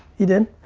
you did?